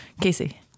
Casey